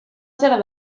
zer